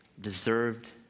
deserved